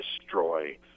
destroy